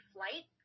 Flight